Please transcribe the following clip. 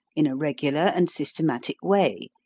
in a regular and systematic way,